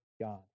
God